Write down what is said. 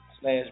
slash